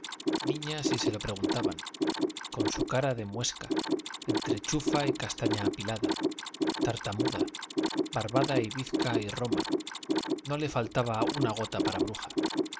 niña si se lo preguntaban con su cara de muesca entre chufa y castaña apilada tartamuda barbada y bizca y roma no le faltaba una gota para bruja